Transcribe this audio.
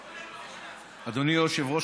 דודי אמסלם, יושב-ראש